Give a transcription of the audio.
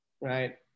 right